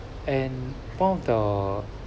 and one of the